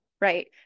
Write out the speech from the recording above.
right